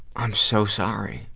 i'm so sorry.